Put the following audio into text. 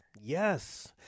Yes